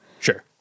Sure